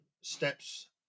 steps